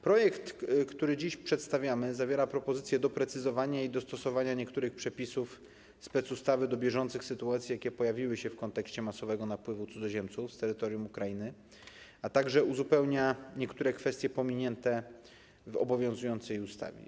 Projekt, który dziś przedstawiamy, zawiera propozycje doprecyzowania i dostosowania niektórych przepisów specustawy do bieżących sytuacji, jakie pojawiły się w kontekście masowego napływu cudzoziemców z terytorium Ukrainy, a także uzupełnia niektóre kwestie pominięte w obowiązującej ustawie.